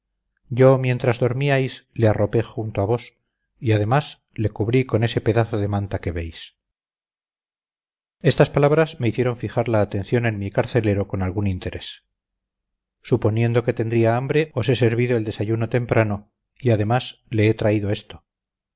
yo mientras dormíais le arropé junto a vos y además le cubrí con ese pedazo de manta que veis estas palabras me hicieron fijar la atención en mi carcelero con algún interés suponiendo que tendría hambre os he servido el desayuno temprano y además le he traído esto